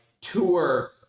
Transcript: tour